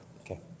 Okay